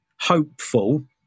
hopeful